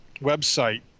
website